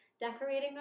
decorating